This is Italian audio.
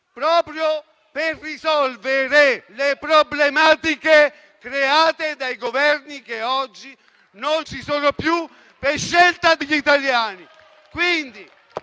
proprio per risolvere le problematiche create dai Governi che oggi non ci sono più per scelta degli italiani.